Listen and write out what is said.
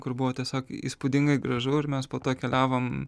kur buvo tiesiog įspūdingai gražu ir mes po to keliavom